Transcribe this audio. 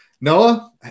Noah